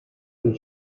del